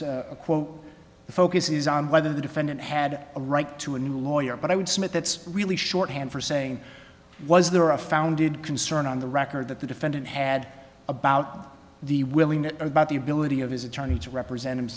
referenced a quote the focus is on whether the defendant had a right to a new lawyer but i would submit that's really shorthand for saying was there a founded concern on the record that the defendant had about the willing it about the ability of his attorney to represent